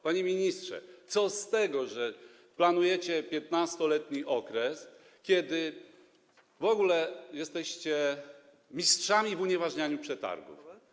Panie ministrze, co z tego, że planujecie 15-letni okres, kiedy w ogóle jesteście mistrzami w unieważnianiu przetargów.